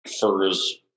furs